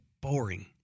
boring